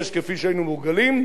הן כתוצאה מההקפאה.